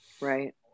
Right